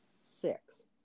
six